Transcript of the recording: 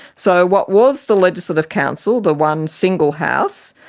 so what was the legislative council, the one single house,